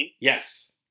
Yes